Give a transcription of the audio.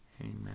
Amen